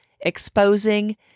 exposing